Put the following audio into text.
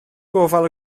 gofal